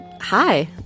Hi